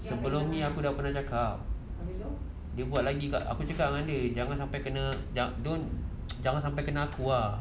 sebelum ni aku dah pernah cakap dia buat lagi aku cakap dengan dia jangan sampai kena don't jangan sampai kena aku ah